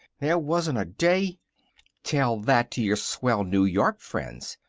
there wasn't a day tell that to your swell new york friends.